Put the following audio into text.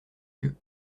queue